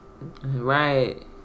Right